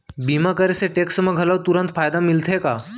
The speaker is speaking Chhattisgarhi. बीमा करे से टेक्स मा घलव तुरंत फायदा मिलथे का?